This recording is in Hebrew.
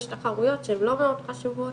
יש תחרויות שנגיד שהם לא מאוד חשובות